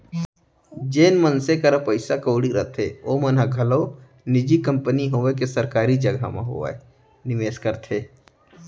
जेन मनसे करा पइसा कउड़ी रथे ओमन ह घलौ निजी कंपनी होवय के सरकारी जघा म होवय निवेस करथे